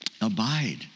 Abide